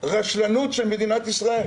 רשלנות של מדינת ישראל.